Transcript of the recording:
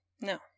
no